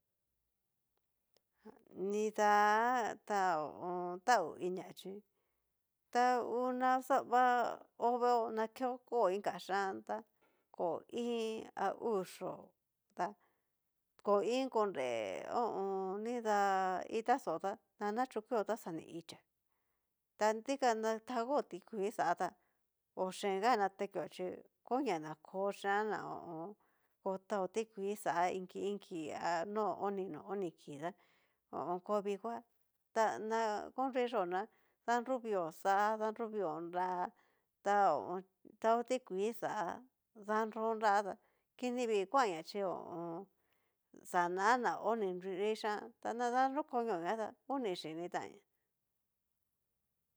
Nidá ta ho o on. tauiniá chí ta ngu naxa va hó veeó, na keo ko inka xhían, kó iin a uu yó ta koin konre ho o on. ni dá itaxó tá nanacho kuió ta xa ni ichá ta dikan na taó tikuii xa tá ochenga natekuá chí konia na ko xhían na ko taó tikuii xa inki inki, a no oni no oni kii tá kó vikoá ta na konruiyó ná, danruvio xá da nruvió nrá, ta ho o on. taó tikuii xá danró ta kini vii kuanñá chí ho o on. xana ná hó ni nru xhían ta na danrokonioñá ta uni xhítan'ña.